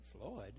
Floyd